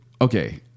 okay